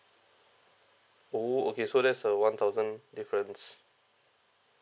orh okay so there's a one thousand difference